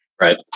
Right